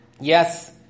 Yes